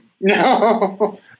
No